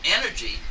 energy